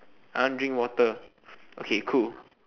I want drink water okay cool